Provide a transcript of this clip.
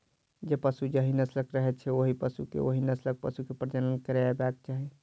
जे पशु जाहि नस्लक रहैत छै, ओहि पशु के ओहि नस्लक पशु सॅ प्रजनन करयबाक चाही